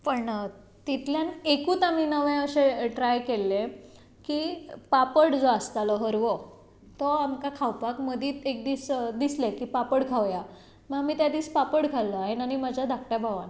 तिंतल्यान एकूच आमी नवें अशें ट्राय केंल्लें की पापड जो आसतालो हरवो तो आमकां खावपाक मदींच एक दीस दिसलें की पापड खावया मागीर त्या दीस पापड खाल्लो हांवें आनी म्हज्या धाकट्या भावान